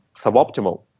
suboptimal